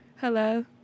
Hello